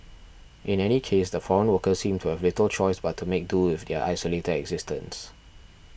in any case the foreign workers seem to have little choice but to make do with their isolated existence